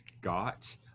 got